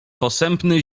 posępny